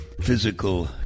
physical